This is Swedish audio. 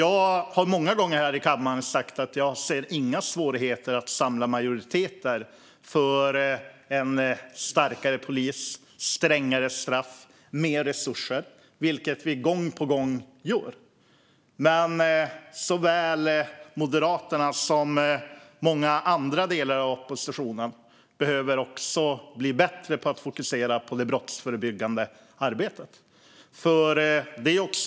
Jag har många gånger här i kammaren sagt att jag inte ser några svårigheter att samla majoriteter för en starkare polis, strängare straff och mer resurser, vilket vi gång på gång gör. Men såväl Moderaterna som många andra delar av oppositionen behöver bli bättre på att fokusera på det brottsförebyggande arbetet.